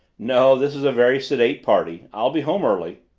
no, this is a very sedate party i'll be home early.